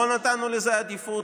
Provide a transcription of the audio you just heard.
לא נתנו לזה עדיפות,